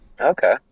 Okay